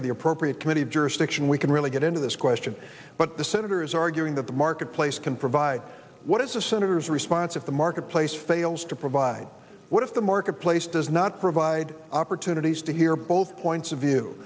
or the appropriate committee of jurisdiction we can really get into this question but the senators are arguing that the marketplace can provide what is a senator's response of the marketplace fails to provide what if the marketplace does not provide opportunities to hear both points of view